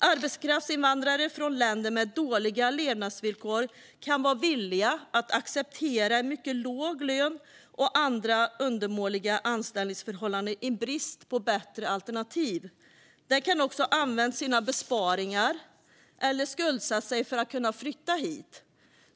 Arbetskraftsinvandrare från länder med dåliga levnadsvillkor kan vara villiga att acceptera en mycket låg lön och andra undermåliga anställningsförhållanden i brist på bättre alternativ. De kan också ha använt sina besparingar eller skuldsatt sig för att kunna flytta hit.